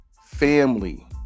family